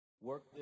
Work